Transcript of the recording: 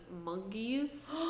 monkeys